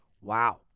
wow